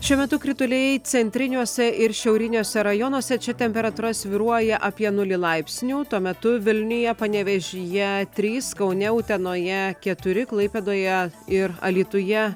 šiuo metu krituliai centriniuose ir šiauriniuose rajonuose čia temperatūra svyruoja apie nulį laipsnių tuo metu vilniuje panevėžyje trys kaune utenoje keturi klaipėdoje ir alytuje